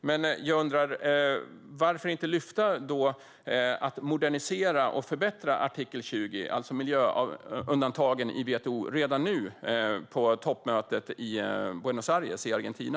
Men jag undrar: Varför inte lyfta frågan om att modernisera och förbättra artikel 20, alltså miljöundantagen i WTO, redan på toppmötet i Buenos Aires i Argentina?